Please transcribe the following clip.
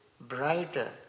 brighter